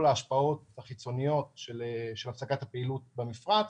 ההשפעות החיצוניות של הפסקת הפעילות במפרץ,